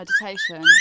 meditation